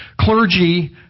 clergy